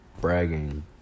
bragging